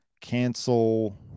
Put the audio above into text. cancel